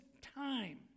time